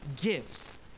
gifts